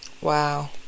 Wow